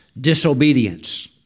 disobedience